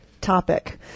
topic